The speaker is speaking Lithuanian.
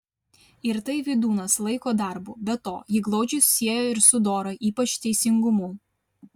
ir tai vydūnas laiko darbu be to jį glaudžiai sieja ir su dora ypač teisingumu